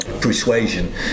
Persuasion